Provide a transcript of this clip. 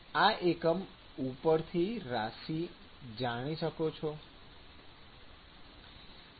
આ એકમ ઉપરથી રાશિ જાની શકો છો